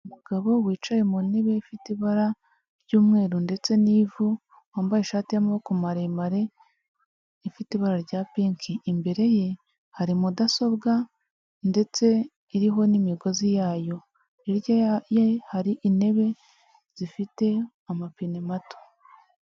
Umugabo wicaye mu ntebe ifite ibara ry'umweru ndetse n'ivu, wambaye ishati y'amaboko maremare ifite ibara rya pinki. Imbere ye hari mudasobwa ndetse iriho n'imigozi yayo hirya ye hari intebe zifite amapine mato.